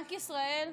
בנק ישראל,